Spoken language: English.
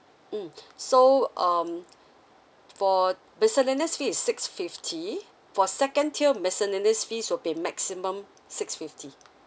mm so um for miscellaneous fee is six fifty for second tier miscellaneous fees will be maximum six fifty